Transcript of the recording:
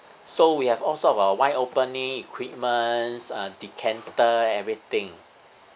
so we have all sorts of our wine opening equipments uh decanter everything